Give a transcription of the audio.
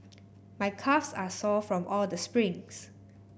my calves are sore from all the sprints